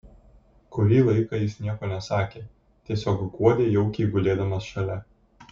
kurį laiką jis nieko nesakė tiesiog guodė jaukiai gulėdamas šalia